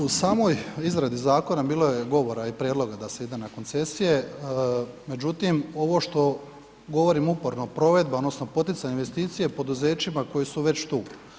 U samoj izradi zakona bilo je govora i prijedloga da se ide na koncesije, međutim, ovo što govorim uporno, provedba odnosno poticanje investicije poduzećima koji su već tu.